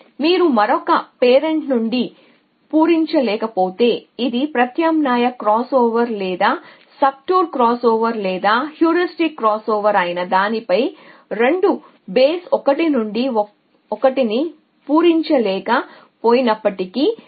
కాబట్టి మీరు మరొక పేరెంట్ నుండి పూరించలేకపోతే ఇది ప్రత్యామ్నాయ క్రాస్ఓవర్ లేదా సబ్టోర్ క్రాస్ఓవర్ లేదా హ్యూరిస్టిక్ క్రాస్ఓవర్ అయినా దీనిపై 2 బేస్ 1 నుండి 1 ని పూరించలేక పోయినప్పటికీ